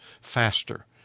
faster